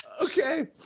Okay